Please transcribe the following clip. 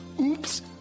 Oops